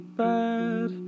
bad